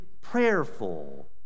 prayerful